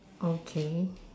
okay